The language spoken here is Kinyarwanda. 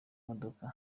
modoka